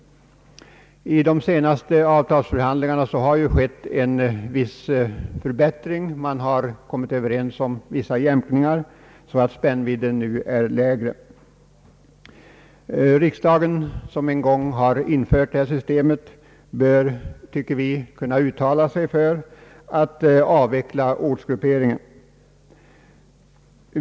Vid de senaste avtalsförhandlingarna har en viss förbättring skett — arbetsmarknadens parter har kommit överens om vissa jämkningar så att spännvidden mellan ortsgrupperna nu är mindre. Vi tycker att riksdagen som en gång har infört detta system bör kunna uttala sig för en avveckling av ortsgrupperingen.